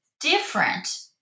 different